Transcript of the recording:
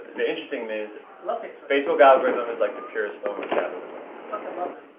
the interesting thing is love facebook. facebook algorithm is like the purest form of capitalism. fucking love them.